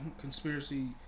conspiracy